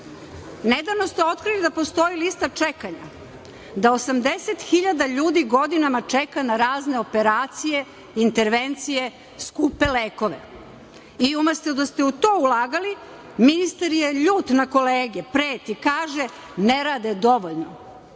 novca. Nedavno ste otkrili da postoji lista čekanja, da 80 hiljada ljudi godinama čeka na razne operacije, intervencije, skupe lekove. I umesto da ste u to ulagali, ministar je ljut na kolege, preti, kaže - ne rade dovoljno.